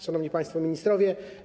Szanowni Państwo Ministrowie!